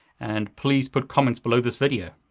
and please put comments below this video.